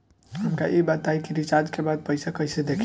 हमका ई बताई कि रिचार्ज के बाद पइसा कईसे देखी?